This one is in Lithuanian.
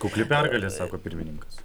kukli pergalė sako pirmininkas